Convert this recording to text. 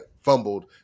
fumbled